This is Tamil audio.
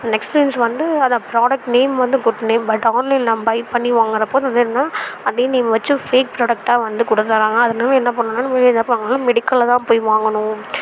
நெக்ஸ்ட் ரிவியூஸ் வந்து அதை ப்ராடக்ட் நேம் வந்து குட் நேம் பட் ஆன்லைனில் நம்ம பை பண்ணி வாங்கிற பொருள் என்னென்னா அதே நேம் வச்சி ஃபேக் ப்ராடக்டாக வந்து கொடுக்குறாங்க அது இன்னுமே என்ன பண்ணணுனா நம்மளே எப்போ வாங்கினாலும் மெடிக்கலில் தான் போய் வாங்கணும்